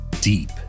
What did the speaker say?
deep